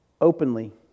openly